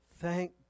Thank